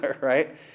right